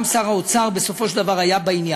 וגם שר האוצר היה בסופו של דבר בעניין,